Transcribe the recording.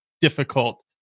difficult